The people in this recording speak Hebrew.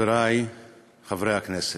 חברי חברי הכנסת,